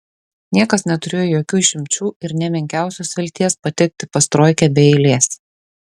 niekas neturėjo jokių išimčių ir nė menkiausios vilties patekti pas troikę be eilės